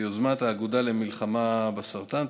ביוזמת האגודה למלחמה בסרטן,